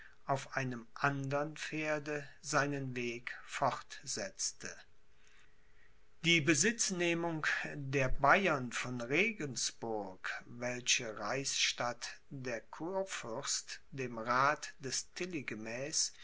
auf einem andern pferde seinen weg fortsetzte die besitznehmung der bayern von regensburg welche reichsstadt der kurfürst dem rath des